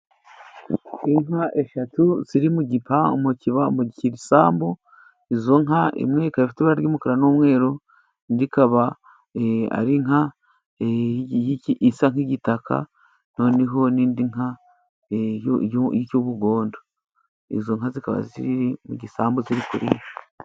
Inka eshatu ziri mu gisambu izo nka imwe ikaba ifite ibara ry'umukara n'umweru , indi ikaba ari inka isa nk'igitaka noneho n'indi nka y'ubugondo izo nka zikaba ziri mu gisambu ziri kurisha.